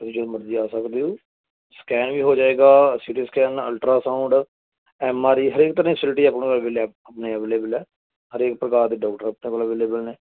ਤੁਸੀਂ ਜਦੋਂ ਮਰਜੀ ਆ ਸਕਦੇ ਹੋ ਸਕੈਨ ਵੀ ਹੋ ਜਾਏਗਾ C T scan ultrasound M R I ਹਰੇਕ ਤਰ੍ਹਾਂ ਦੀ ਫੈਸਿਲਟੀ ਆਪਣੇ ਕੋਲ ਅਵੇਲੇ ਹੈ ਆਪਣੀ ਅਵੇਲੇਬਲ ਹੈ ਹਰੇਕ ਪ੍ਰਕਾਰ ਦੇ ਡੋਕਟਰ ਆਪਣੇ ਕੋਲ ਅਵੇਲੇਬਲ ਨੇ